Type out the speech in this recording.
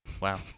Wow